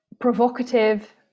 provocative